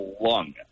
lung